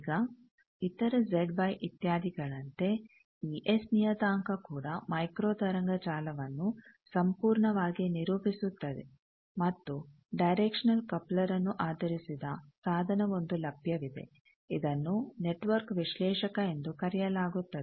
ಈಗ ಇತರ Z Y ಇತ್ಯಾದಿಗಳಂತೆ ಈ ಎಸ್ ನಿಯತಾಂಕ ಕೂಡ ಮೈಕ್ರೋ ತರಂಗ ಜಾಲವನ್ನು ಸಂಪೂರ್ಣವಾಗಿ ನಿರೂಪಿಸುತ್ತದೆ ಮತ್ತು ಡೈರೆಕ್ಷನಲ್ ಕಪ್ಲರ್ನ್ನು ಆಧರಿಸಿದ ಸಾಧನವೊಂದು ಲಭ್ಯವಿದೆ ಇದನ್ನು ನೆಟ್ವರ್ಕ್ ವಿಶ್ಲೇಷಕ ಎಂದು ಕರೆಯಲಾಗುತ್ತದೆ